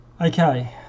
okay